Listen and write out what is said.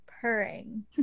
purring